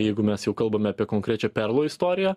jeigu mes jau kalbame apie konkrečią perlo istoriją